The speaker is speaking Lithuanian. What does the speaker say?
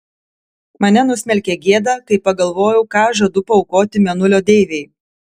mane nusmelkė gėda kai pagalvojau ką žadu paaukoti mėnulio deivei